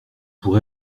pour